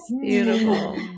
beautiful